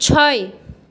ছয়